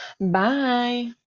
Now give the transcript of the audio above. bye